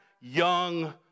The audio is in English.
young